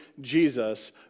Jesus